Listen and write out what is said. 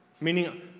meaning